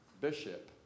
bishop